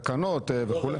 תקנות וכו'.